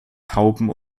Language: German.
tauben